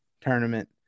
tournament